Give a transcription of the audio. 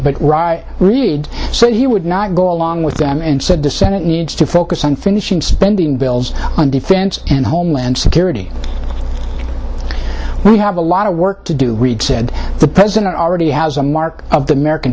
frustrated reid said he would not go along with them and said to senate needs to focus on finishing spending bills on defense and homeland security we have a lot of work to do reid said the president already has a mark of the american